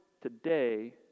today